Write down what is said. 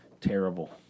Terrible